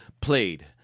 played